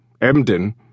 Emden